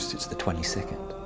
it's the twenty second.